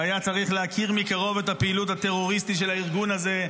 שהיה צריך להכיר מקרוב את הפעילות הטרוריסטית של הארגון הזה,